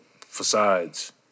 facades